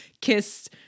kissed